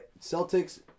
Celtics